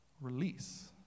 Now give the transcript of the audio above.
release